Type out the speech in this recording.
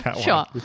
Sure